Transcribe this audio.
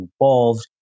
involved